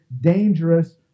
dangerous